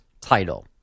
title